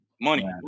money